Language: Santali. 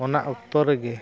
ᱚᱱᱟ ᱚᱠᱛᱚ ᱨᱮᱜᱮ